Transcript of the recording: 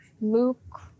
Luke